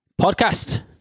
Podcast